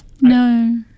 No